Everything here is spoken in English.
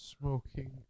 smoking